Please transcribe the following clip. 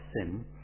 sin